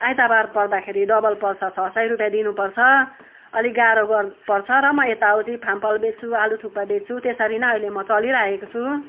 आइतबार पर्दाखेरि डबल पर्छ छ सय रुपियाँ दिनु पर्छ अलिक गाह्रो पर्छ र म यताउति फामफल बेच्छु आलु थुक्पा बेच्छु त्यसरी नै अहिले म चलिरहेको छु